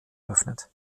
eröffnet